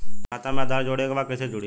खाता में आधार जोड़े के बा कैसे जुड़ी?